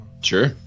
Sure